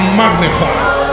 magnified